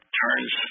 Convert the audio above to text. turns